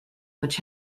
which